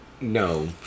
No